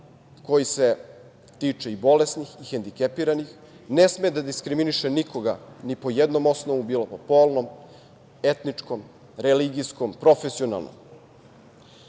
koji se tiče i bolesnih i hendikepiranih, ne sme da diskriminiše nikoga ni po jednom osnovu, bilo po polnom, etničkom, religijskom, profesionalnom. Javni